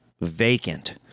vacant